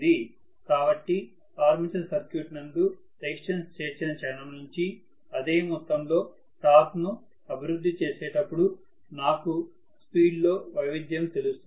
కాబట్టి armature circuit నందు resistance చేర్చిన క్షణం నుంచి అదే మొత్తంలో టార్క్ ను అభివృద్ధి చేసేటప్పుడు నాకు స్పీడ్ లో వైవిధ్యం తెలుస్తుంది